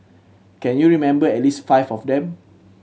can you remember at least five of them